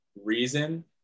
reason